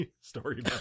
story